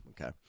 Okay